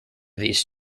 these